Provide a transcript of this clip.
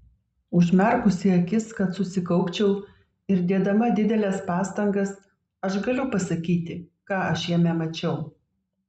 užmerkusi akis kad susikaupčiau ir dėdama dideles pastangas aš galiu pasakyti ką aš jame mačiau